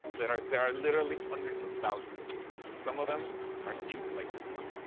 there are there are literally hundreds of thousands of these. some of them are cute, like this one.